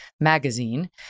magazine